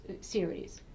series